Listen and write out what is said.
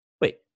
Wait